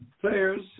players